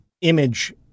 image